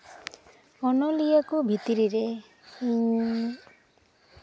ᱚᱱᱚᱞᱤᱭᱟᱹ ᱠᱚ ᱵᱷᱤᱛᱨᱤ ᱨᱮ ᱤᱧ